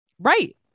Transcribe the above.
Right